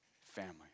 family